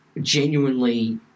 genuinely